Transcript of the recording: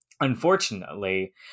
unfortunately